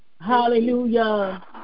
Hallelujah